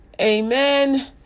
Amen